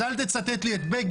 אז אל תצטט לי את בגין.